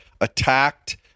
attacked